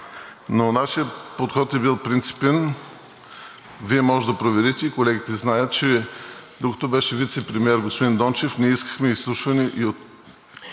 Нашият подход е бил принципен. Вие може да проверите и колегите знаят, че докато беше вицепремиер господин Дончев, ние искахме изслушване към